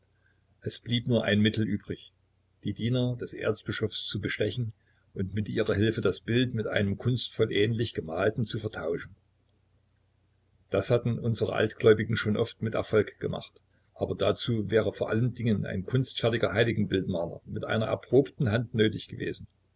es blieb nur ein mittel übrig die diener des erzbischofs zu bestechen und mit ihrer hilfe das bild mit einem kunstvoll ähnlich gemalten zu vertauschen das hatten unsere altgläubigen schon oft mit erfolg gemacht aber dazu wäre vor allen dingen ein kunstfertiger heiligenbildmaler mit einer erprobten hand nötig gewesen